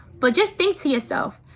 but just think to yourself,